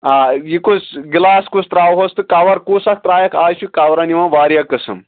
آ یہِ کُس گلاس کُس تراوہوٚس تہٕ کور کُس اکھ تراوکھ آز چھِ کورن یِوان واریاہ قٕسم